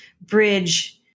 bridge